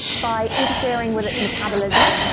by interfering with its metabolism,